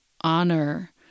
honor